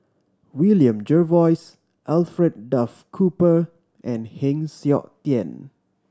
William Jervois Alfred Duff Cooper and Heng Siok Tian